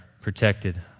protected